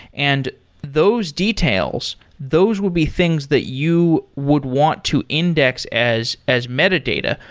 and those details those would be things that you would want to index as as metadata,